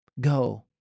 go